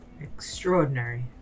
Extraordinary